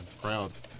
crowds